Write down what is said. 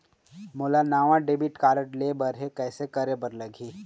मोला नावा debit card लेबर हे, कइसे करे बर लगही?